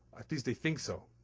at least they think so.